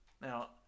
Now